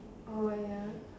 oh ya